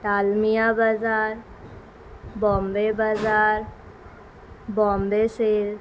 تالمیا بازار بامبے بازار بامبے سیل